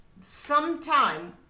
sometime